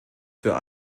für